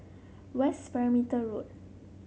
West Perimeter Road